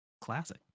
classic